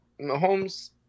Mahomes